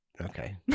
okay